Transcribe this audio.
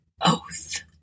oath